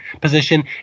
position